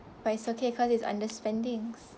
but it's okay cause it's under spendings